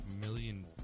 million